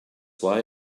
why